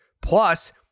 Plus